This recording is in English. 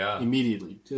immediately